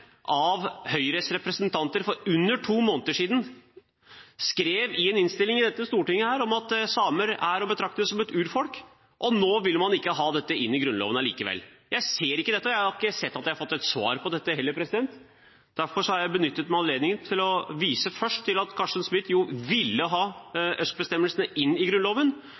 av Høyres representanter for under to måneder siden skrev i en innstilling i dette storting at samer er å betrakte som et urfolk – og nå vil man ikke ha dette inn i Grunnloven allikevel. Jeg ser ikke dette, og jeg har ikke sett at jeg har fått et svar på dette heller. Derfor har jeg benyttet anledningen til først å vise til at Carsten Smith jo ville ha ØSK-bestemmelsene inn i Grunnloven.